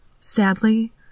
Sadly